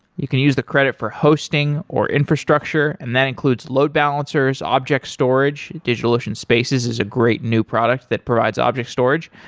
you can use the credit for hosting, or infrastructure, and that includes load balancers, object storage. digitalocean spaces is a great new product that provides object storage,